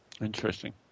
Interesting